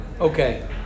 Okay